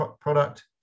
product